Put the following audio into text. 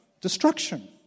destruction